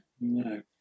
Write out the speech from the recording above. No